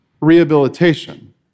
rehabilitation